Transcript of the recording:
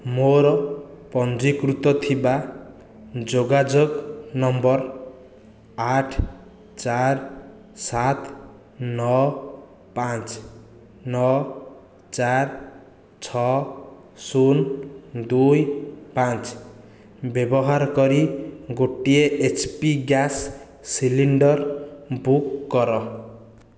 ମୋର ପଞ୍ଜୀକୃତ ଥିବା ଯୋଗାଯୋଗ ନମ୍ବର ଆଠ ଚାରି ସାତ ନଅ ପାଞ୍ଚ ନଅ ଚାରି ଛଅ ଶୂନ ଦୁଇ ପାଞ୍ଚ ବ୍ୟବାହାର କରି ଗୋଟିଏ H P gas cylinder book କର